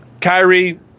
Kyrie